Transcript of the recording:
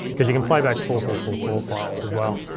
cause you can play back four four four four files as well.